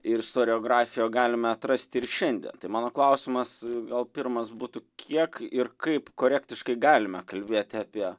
ir istoriografijoje galime atrasti ir šiandien tai mano klausimas gal pirmas būtų kiek ir kaip korektiškai galime kalbėti apie